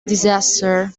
disaster